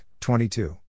22